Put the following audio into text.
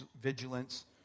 vigilance